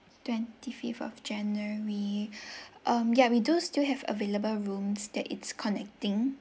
twenty fifth of january um ya we do still have available rooms that is connecting